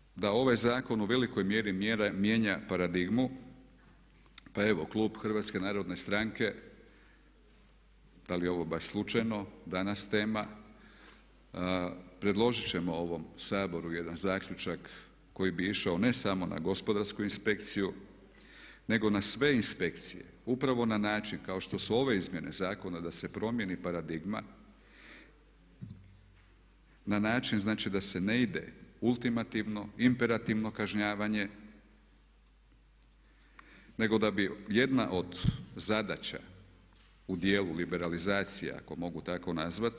Kad sam govorio da ovaj zakon u velikoj mjeri mijenja paradigmu pa evo Klub HNS-a da li je ovo baš slučajno danas tema predložit ćemo ovom Saboru jedan zaključak koji bi išao ne samo na gospodarsku inspekciju nego na sve inspekcije upravo na način kao što su ove izmjene zakona da se promjeni paradigma na način znači da se ne ide ultimativno, imperativno kažnjavanje nego da bi jedna od zadaća u dijelu liberalizacija ako mogu tako nazvati